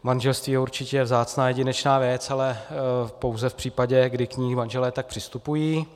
Manželství je určitě vzácná jedinečná věc, ale pouze v případě, kdy k ní manželé tak přistupují.